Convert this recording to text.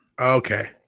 Okay